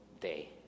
day